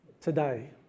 today